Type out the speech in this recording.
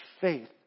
faith